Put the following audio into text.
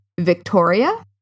Victoria